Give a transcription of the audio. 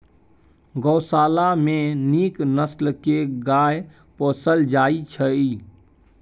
गोशाला मे नीक नसल के गाय पोसल जाइ छइ